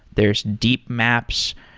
there's deep maps.